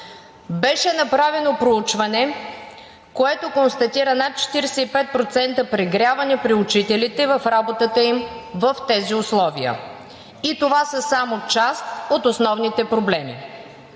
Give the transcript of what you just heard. беше направено проучване, което констатира над 45% прегряване при учителите в работата им в тези условия и това са само част от основните проблеми.